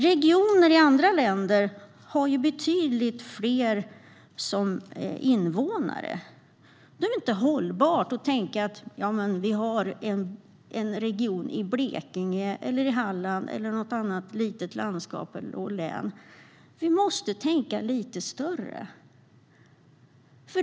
Regioner i andra länder har betydligt fler invånare. Det är inte hållbart att tänka att vi har en region i Blekinge eller Halland eller något annat litet landskap och län. Vi måste tänka lite större.